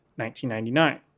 1999